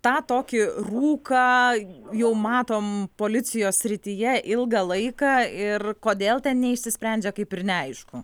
tą tokį rūką jau matom policijos srityje ilgą laiką ir kodėl ten neišsisprendžia kaip ir neaišku